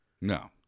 No